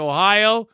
Ohio